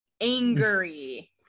angry